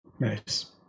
Nice